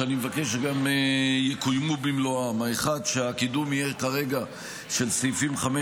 שאני מבקש שגם יקוימו במלואם: הקידום יהיה כרגע של סעיפים 5,